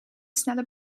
snelle